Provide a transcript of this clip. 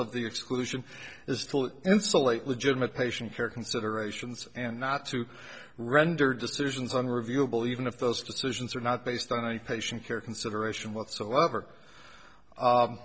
of the exclusion is still insulate legitimate patient care considerations and not to render decisions on reviewable even if those decisions are not based on any patient care consideration whatsoever